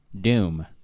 doom